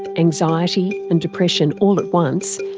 anxiety and depression all at once,